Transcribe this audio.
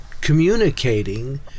communicating